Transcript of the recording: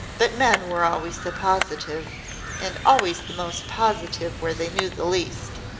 but men were always so positive and always the most positive where they knew the least!